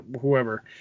whoever